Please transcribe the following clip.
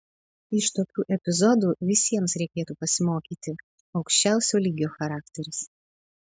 iš tokių epizodų visiems reikėtų pasimokyti aukščiausio lygio charakteris